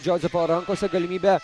džozefo rankose galimybė